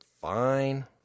fine